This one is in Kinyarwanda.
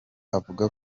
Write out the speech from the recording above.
avuga